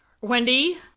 Wendy